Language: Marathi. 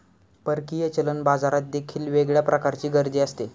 परकीय चलन बाजारात देखील वेगळ्या प्रकारची गर्दी असते